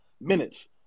minutes